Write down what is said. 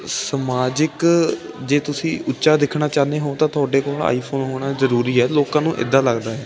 ਸਮਾਜਿਕ ਜੇ ਤੁਸੀਂ ਉੱਚਾ ਦੇਖਣਾ ਚਾਹੁੰਦੇ ਹੋ ਤਾਂ ਤੁਹਾਡੇ ਕੋਲ ਆਈਫੋਨ ਹੋਣਾ ਜ਼ਰੂਰੀ ਹੈ ਲੋਕਾਂ ਨੂੰ ਇੱਦਾਂ ਲੱਗਦਾ